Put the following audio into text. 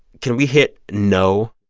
can we hit know?